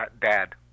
dad